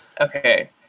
okay